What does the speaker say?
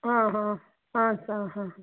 ಹಾಂ ಹಾಂ ಹಾಂ ಸ ಹಾಂ ಹಾಂ